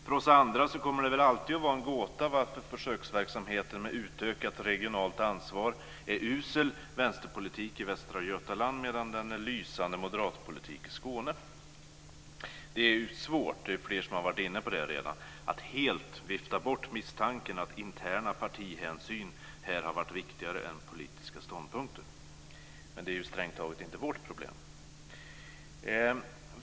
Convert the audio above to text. För oss andra kommer det väl alltid att vara en gåta varför försöksverksamheten med utökat regionalt ansvar är usel vänsterpolitik i Västra Götaland medan den är lysande moderatpolitik i Skåne. Det är svårt - det är flera som har varit inne på det redan - att helt vifta bort misstanken att interna partihänsyn här har varit viktigare än politiska ståndpunkter. Men det är ju strängt taget inte vårt problem.